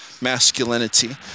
masculinity